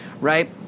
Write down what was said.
Right